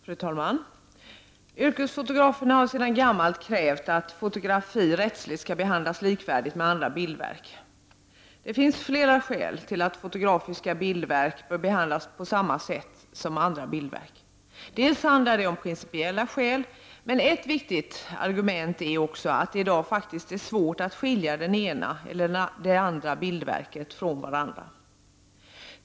Fru talman! Yrkesfotograferna har sedan gammalt krävt att fotografier rättsligt skall behandlas likvärdigt med andra bildverk. Det finns flera skäl till att fotografiska bildverk skall behandlas på samma sätt som andra bildverk. Det handlar om principer, men ett annat viktigt argument är också att det i dag faktiskt är svårt att skilja de olika bildverken från varandra.